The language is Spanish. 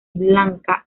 blanca